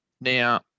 Now